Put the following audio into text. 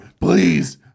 please